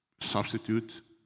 substitute